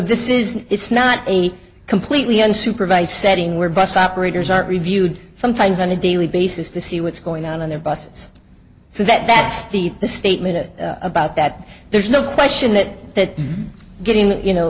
this is it's not a completely unsupervised setting where bus operators are reviewed sometimes on a daily basis to see what's going on on their bus so that that's the the statement about that there's no question that getting you know